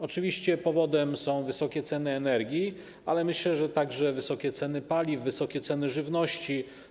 Oczywiście powodem są wysokie ceny energii, ale myślę, że także wysokie ceny paliw, żywności.